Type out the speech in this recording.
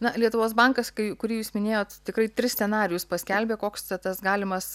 na lietuvos bankas kai kurį jūs minėjot tikrai tris scenarijus paskelbė koks tas galimas